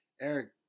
Eric